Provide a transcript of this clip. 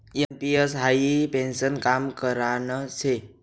NPS हाई पेन्शननं काम करान शे